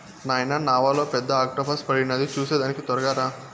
నాయనా నావలో పెద్ద ఆక్టోపస్ పడినాది చూసేదానికి తొరగా రా